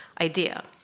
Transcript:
idea